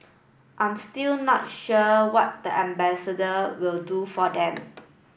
I'm still not sure what the ambassador will do for them